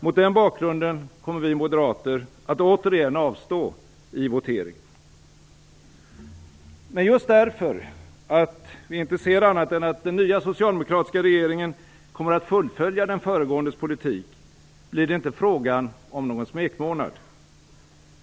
Mot den bakgrunden kommer vi moderater att återigen avstå i voteringen. Men just därför att vi inte ser annat än att den nya socialdemokratiska regeringen kommer att fullfölja den föregåendes politik blir det inte frågan om någon smekmånad.